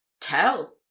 tell